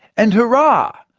and hurrah,